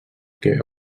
que